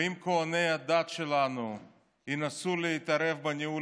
ואם כוהני הדת שלנו ינסו להתערב בניהול